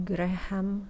Graham